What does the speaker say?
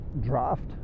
draft